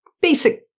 basic